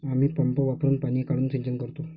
आम्ही पंप वापरुन पाणी काढून सिंचन करतो